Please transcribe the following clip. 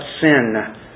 sin